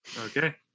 Okay